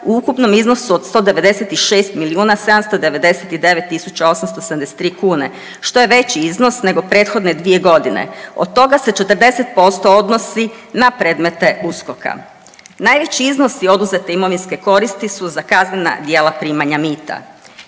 u ukupnom iznosu od 196 799 873 kune, što je veći iznos nego prethodne dvije godine. Od toga se 40% odnosi na predmete USKOK-a. Najveći iznosi oduzete imovinske koristi su za kaznena djela primanja mita.